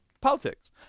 politics